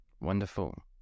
Wonderful